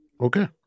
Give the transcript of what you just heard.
Okay